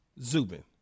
Zubin